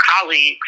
colleagues